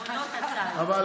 בסדר.